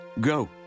Go